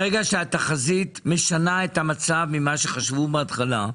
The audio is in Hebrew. ברגע שהתחזית משנה את המצב ממה שחשבו בהתחלה?